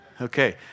Okay